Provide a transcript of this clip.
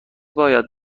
باید